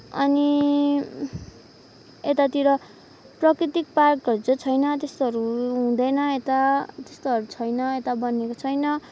अनि यतातिर प्राकृतिक पार्कहरू छैन त्यस्तोहरू हुँदैन यता त्यस्तोहरू छैन यता बनिएको छैन